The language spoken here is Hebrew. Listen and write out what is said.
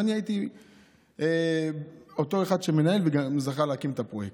ואני הייתי אותו אחד שמנהל וגם זכה להקים את הפרויקט.